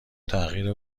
تغییر